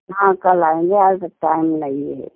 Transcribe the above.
हाँ कल आएँगे आज तो टाइम नहीं है